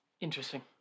Interesting